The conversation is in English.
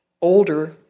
older